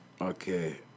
Okay